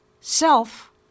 self